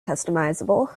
customizable